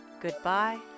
Goodbye